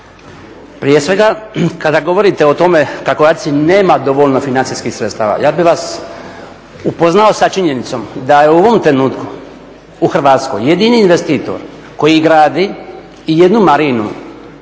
Prije svega kada govorite o tome kako ACI nema dovoljno financijskih sredstava ja bih vas upoznao sa činjenicom da je u ovom trenutku u Hrvatskoj jedini investitor koji gradi ijednu marinu